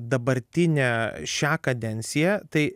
dabartinę šią kadenciją tai